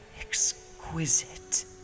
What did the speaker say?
Exquisite